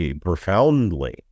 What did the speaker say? profoundly